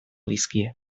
dizkie